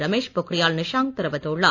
ரமேஷ் பொக்ரியால் நிஷாங்க் தெரிவித்துள்ளார்